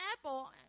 apple—